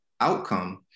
outcome